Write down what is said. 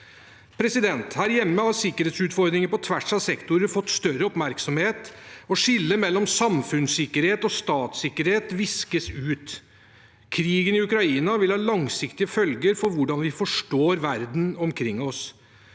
verden. Her hjemme har sikkerhetsutfordringer på tvers av sektorer fått større oppmerksomhet, og skillet mellom samfunnssikkerhet og statssikkerhet viskes ut. Krigen i Ukraina vil ha langsiktige følger for hvordan vi forstår verden omkring oss.